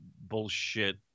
bullshit